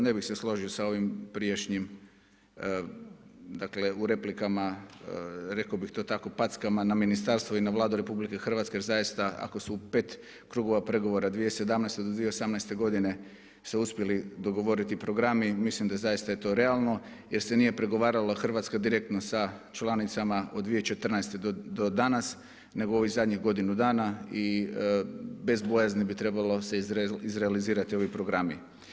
Ne bih se složio sa ovim prijašnjim, dakle u replikama, rekao bih to tako packama na ministarstvo i na Vladu RH, jer zaista ako su u 5 krugova pregovora od 2017. do 2018. godine se uspjeli dogovoriti programi mislim da zaista je to realno jer se nije pregovaralo Hrvatska direktno sa članicama od 2014. do danas nego u ovih zadnjih godinu dana i bez bojazni bi trebalo se izrealizirati ovi programi.